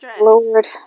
Lord